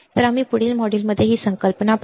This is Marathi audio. तर आम्ही पुढील मॉड्यूलमध्ये ही संकल्पना पाहू